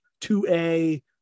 2A